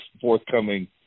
forthcoming